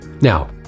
Now